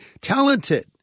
talented